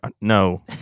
No